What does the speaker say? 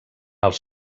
els